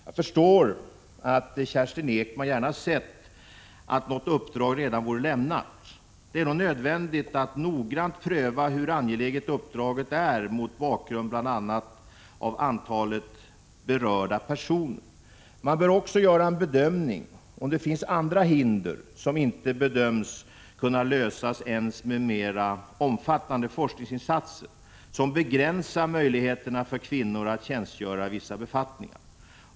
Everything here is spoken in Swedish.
Jag förstår att Kerstin Ekman gärna hade sett att ett uppdrag redan vore lämnat. Men det är nödvändigt att noga pröva hur angeläget uppdraget är, bl.a. mot bakgrund av antalet berörda personer. Man bör också göra en uppskattning av om det finns andra hinder, som inte bedöms kunna lösas ens med mer omfattande forskningsinsatser, som begränsar möjligheterna för kvinnor att tjänstgöra i vissa befattningar.